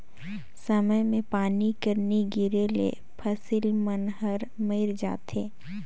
समे मे पानी कर नी गिरे ले फसिल मन हर मइर जाथे